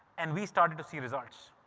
and we started to see results,